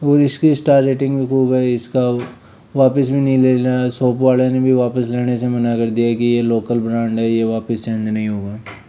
और इसकी star rating भी खूब है इसका वापस भी नहीं ले लेना शॉप वाले ने भी वापस लेने से मना कर दिया है कि यह लोकल ब्रांड है यह वापस चेंज नहीं होगा